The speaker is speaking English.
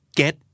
get